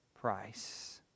price